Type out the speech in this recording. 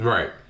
Right